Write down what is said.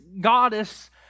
goddess